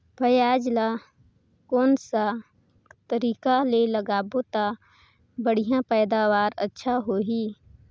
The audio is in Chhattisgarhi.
पियाज ला कोन सा तरीका ले लगाबो ता बढ़िया पैदावार अच्छा होही?